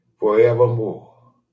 Forevermore